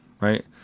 right